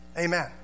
Amen